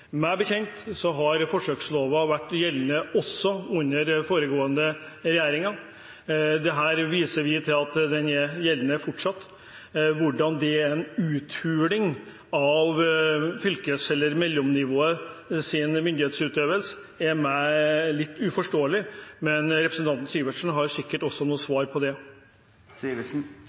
Meg bekjent har forsøksloven vært gjeldende også under foregående regjeringer. Her viser vi til at den gjelder fortsatt. Hvordan det er en uthuling av mellomnivåets myndighetsutøvelse, er litt uforståelig, men representanten Sivertsen har sikkert også